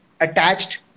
attached